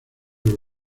los